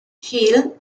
hill